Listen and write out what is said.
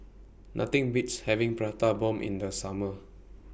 Nothing Beats having Prata Bomb in The Summer